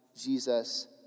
Jesus